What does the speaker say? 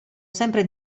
sempre